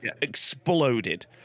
exploded